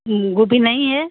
वह भी नहीं हैं